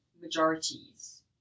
majorities